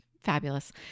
fabulous